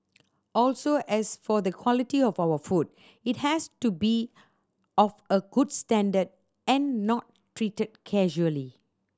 also as for the quality of our food it has to be of a good standard and not treated casually